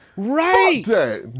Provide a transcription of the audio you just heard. Right